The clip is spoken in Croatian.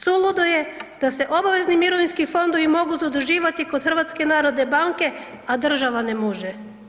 Suludo je da se obavezni mirovinski fondovi mogu zaduživati kod HNB-a, a država ne može.